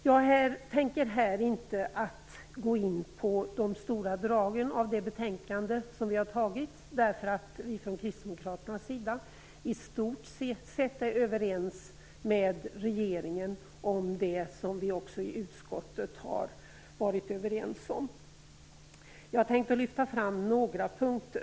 Jag tänker här inte gå in på de stora dragen i det betänkande vi har tagit, därför att vi från kristdemokraternas sida i stort sett är överens med regeringen om det som vi också i utskottet varit överens om. Jag tänker lyfta fram några punkter.